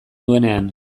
duenean